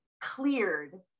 cleared